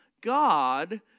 God